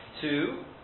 two